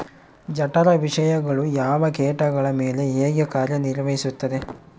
ಜಠರ ವಿಷಯಗಳು ಯಾವ ಕೇಟಗಳ ಮೇಲೆ ಹೇಗೆ ಕಾರ್ಯ ನಿರ್ವಹಿಸುತ್ತದೆ?